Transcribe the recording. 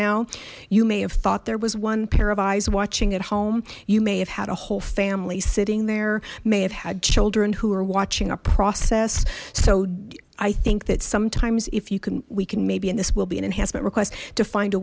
now you may have thought there was one pair of eyes watching at home you may have had a whole family sitting there may have had children who are watching a process so i think that sometimes if you can we can maybe and this will be an enhancement request to find a